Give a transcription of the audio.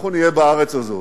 אנחנו נהיה בארץ הזאת.